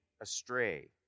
astray